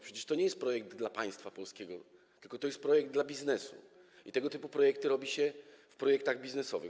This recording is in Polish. Przecież to nie jest projekt dla państwa polskiego, tylko to jest projekt dla biznesu, a tego typu projekty robi się w ramach projektów biznesowych.